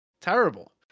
terrible